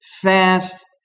fast